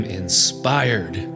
inspired